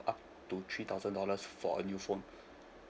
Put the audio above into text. up to three thousand dollars for a new phone